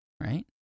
right